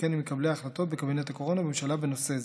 וכן עם מקבלי החלטות בקבינט הקורונה והממשלה בנושא זה.